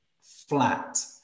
flat